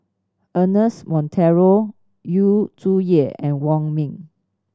Ernest Monteiro Yu Zhuye and Wong Ming